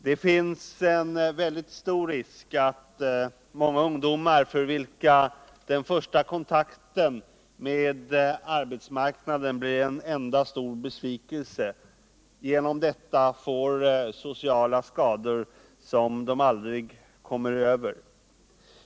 Det finns en mycket stor risk att många ungdomar genom att den första kontakten med arbetsmarknaden blir en enda stor besvikelse får sociala skador som de aldrig kommer över.